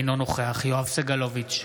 אינו נוכח יואב סגלוביץ'